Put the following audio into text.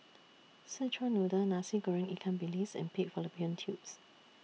Szechuan Noodle Nasi Goreng Ikan Bilis and Pig Fallopian Tubes